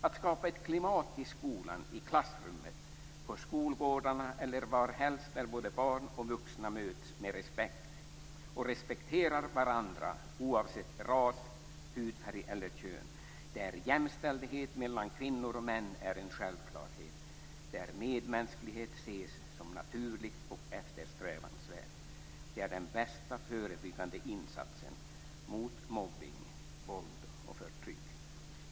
Att skapa ett klimat i skolan, i klassrummet och på skolgårdarna där barn och vuxna möts med respekt för varandra oavsett ras, hudfärg eller kön, där jämställdhet mellan kvinnor och män är en självklarhet och där medmänsklighet ses som naturligt och eftersträvansvärt är den bästa förebyggande insatsen mot mobbning, våld och förtryck.